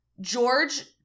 George